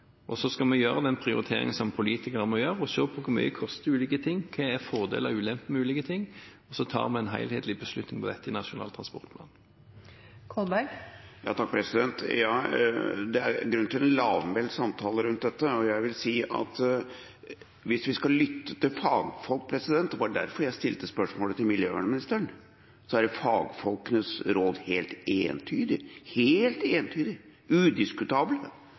og så skal vi gjøre den prioriteringen politikere må gjøre, og se på hvor mye ulike ting koster, hva fordeler og ulemper med ulike ting er, og så tar vi en helhetlig beslutning om dette i Nasjonal transportplan. Det er grunn til en lavmælt samtale rundt dette, og jeg vil si at hvis vi skal lytte til fagfolk – det var derfor jeg stilte spørsmålet til miljøvernministeren – så er fagfolkenes råd helt entydige, udiskutabelt helt